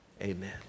amen